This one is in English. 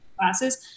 classes